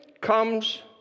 comes